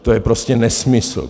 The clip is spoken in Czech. To je prostě nesmysl.